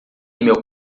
meu